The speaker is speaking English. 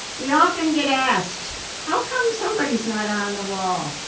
we often get asked how come somebody's not on the wall?